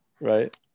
right